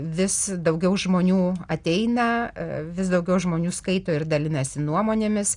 vis daugiau žmonių ateina vis daugiau žmonių skaito ir dalinasi nuomonėmis